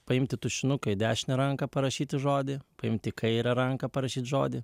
paimti tušinuką į dešinę rankę parašyti žodį paimti į kairę ranką parašyt žodį